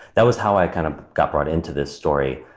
that was how i kind of got brought into this story.